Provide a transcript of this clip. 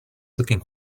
looking